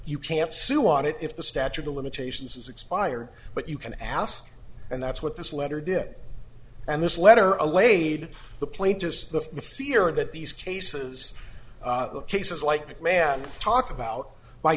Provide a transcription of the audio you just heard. you can't sue on it if the statute of limitations has expired but you can ask and that's what this letter did and this letter allayed the plain just the fear that these cases the cases like man talk about by